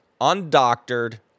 undoctored